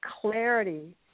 clarity